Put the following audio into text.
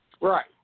Right